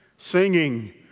Singing